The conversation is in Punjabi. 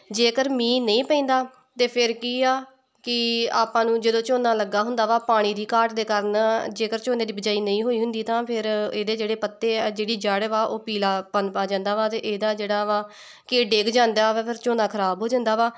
ਜੇਕਰ ਮੀਂਹ ਨਹੀਂ ਪੈਂਦਾ ਤਾਂ ਫਿਰ ਕੀ ਆ ਕਿ ਆਪਾਂ ਨੂੰ ਜਦੋਂ ਝੋਨਾ ਲੱਗਾ ਹੁੰਦਾ ਵਾ ਪਾਣੀ ਦੀ ਘਾਟ ਦੇ ਕਾਰਨ ਜੇਕਰ ਝੋਨੇ ਦੀ ਬਿਜਾਈ ਨਹੀਂ ਹੋਈ ਹੁੰਦੀ ਤਾਂ ਫਿਰ ਇਹਦੇ ਜਿਹੜੇ ਪੱਤੇ ਆ ਜਿਹੜੀ ਜੜ੍ਹ ਵਾ ਉਹ ਪੀਲਾ ਪਨ ਆ ਜਾਂਦਾ ਵਾ ਅਤੇ ਇਹਦਾ ਜਿਹੜਾ ਵਾ ਕਿ ਡਿੱਗ ਜਾਂਦਾ ਵਾ ਫਿਰ ਝੋਨਾ ਖਰਾਬ ਹੋ ਜਾਂਦਾ ਵਾ